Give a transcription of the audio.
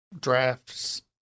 drafts